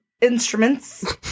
instruments